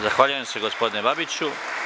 Zahvaljujem se gospodine Babiću.